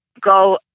go